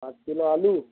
पाच किलो आलू